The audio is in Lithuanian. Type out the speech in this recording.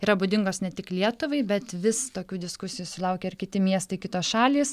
yra būdingos ne tik lietuvai bet vis tokių diskusijų sulaukia ir kiti miestai kitos šalys